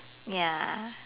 ya